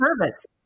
service